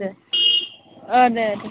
दे अ दे दे